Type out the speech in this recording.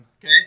Okay